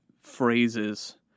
phrases